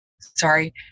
sorry